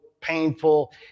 painful